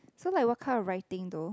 so like what kind of writing though